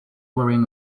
wearing